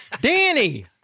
Danny